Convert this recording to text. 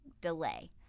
delay